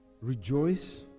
Rejoice